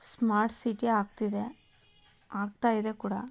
smart city ಆಗ್ತಿದೆ ಆಗ್ತಾ ಇದೆ ಕೂಡ